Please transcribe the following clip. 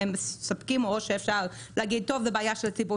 מספקים או שאפשר להגיד שזאת בעיה של הציבור,